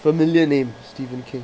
familiar name stephen king